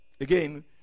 Again